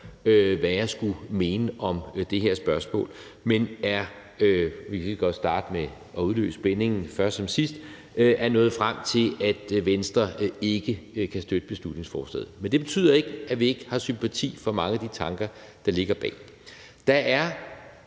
hvad jeg skulle mene om det her spørgsmål, men er – vi kan lige så godt starte med at udløse spændingen først som sidst – nået frem til, at Venstre ikke kan støtte beslutningsforslaget. Men det betyder ikke, at vi ikke har sympati for mange af de tanker, der ligger bag. Helt